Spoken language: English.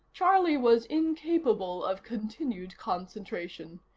charlie was incapable of continued concentration.